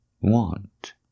want